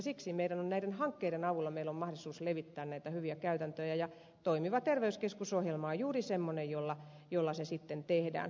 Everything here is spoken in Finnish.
siksi näiden hankkeiden avulla meillä on mahdollisuus levittää näitä hyviä käytäntöjä ja toimiva terveyskeskus ohjelma on juuri semmoinen jolla se sitten tehdään